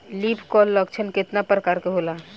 Leaf curl लक्षण केतना परकार के होला?